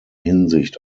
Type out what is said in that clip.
hinsicht